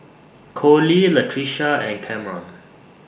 Colie Latricia and Cameron